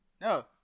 No